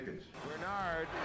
Bernard